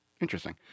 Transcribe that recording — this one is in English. Interesting